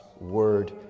Word